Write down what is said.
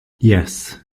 yes